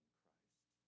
Christ